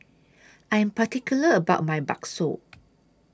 I Am particular about My Bakso